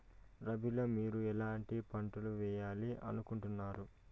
రబిలో మీరు ఎట్లాంటి పంటలు వేయాలి అనుకుంటున్నారు?